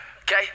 Okay